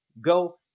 go